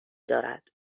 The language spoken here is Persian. دارد